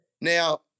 Now